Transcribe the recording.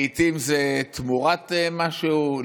לעיתים זה תמורת משהו,